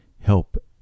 help